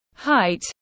Height